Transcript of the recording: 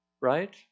right